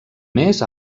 més